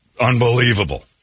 unbelievable